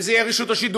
אם זו תהיה רשות השידור,